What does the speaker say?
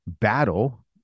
battle